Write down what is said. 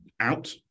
out